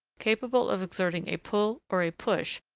capable of exerting a pull, or a push,